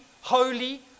holy